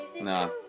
Nah